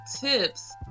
tips